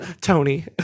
Tony